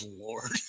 lord